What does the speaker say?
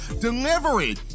Delivery